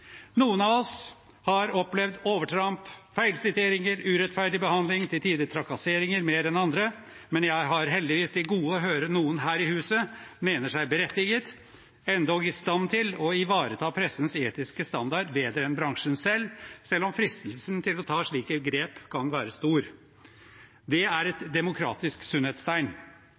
Noen av oss har opplevd overtramp, feilsiteringer, urettferdig behandling, til tider trakasseringer mer enn andre, men jeg har heldigvis til gode å høre noen her i huset mene seg berettiget, endog i stand til, å ivareta pressens etiske standard bedre enn bransjen selv, selv om fristelsen til å ta slike grep kan være stor. Det er et demokratisk sunnhetstegn.